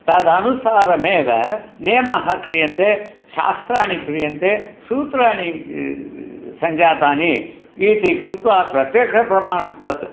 तदनुसारमेव नियमाः क्रियन्ते शास्त्राणि क्रियन्ते सूत्राणि सञ्जातानि इति कृत्वा प्रत्यक्षप्रमाणं तत्